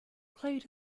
clade